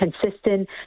consistent